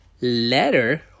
letter